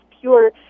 pure